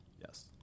Yes